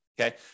Okay